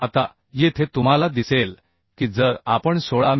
आता येथे तुम्हाला दिसेल की जर आपण 16 मि